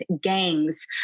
gangs